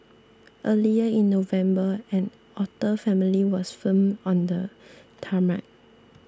earlier in November an otter family was filmed on the tarmac